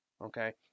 Okay